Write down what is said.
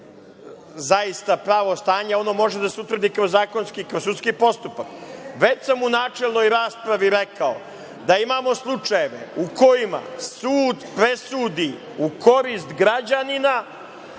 zaista pravo stanje, a ono može da se utvrdi kroz zakonski, kroz sudski postupak. Već sam u načelnoj raspravi rekao da imamo slučajeve u kojima sud presudi u korist građanina,